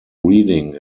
reading